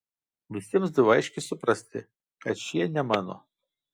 visiems daviau aiškiai suprasti kad šie ne mano